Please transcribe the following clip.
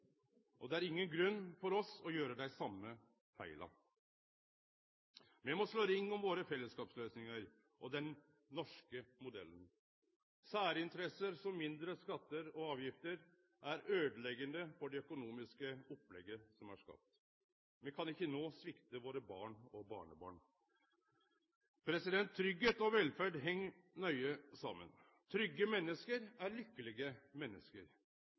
og det er ingen grunn for oss til å gjere dei same feila. Me må slå ring om våre fellesskapsløysingar og den norske modellen. Særinteresser, som mindre skattar og lågare avgifter, er øydeleggjande for det økonomiske opplegget som er skapt. Me kan ikkje no svikte våre barn og barnebarn. Tryggleik og velferd heng nøye saman. Trygge menneske er lykkelege